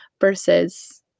versus